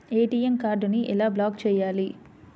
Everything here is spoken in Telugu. ఏ.టీ.ఎం కార్డుని ఎలా బ్లాక్ చేయాలి?